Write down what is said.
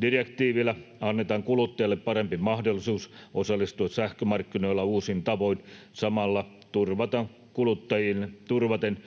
Direktiivillä annetaan kuluttajille parempi mahdollisuus osallistua sähkömarkkinoille uusin tavoin samalla turvaten kuluttajien